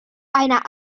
einer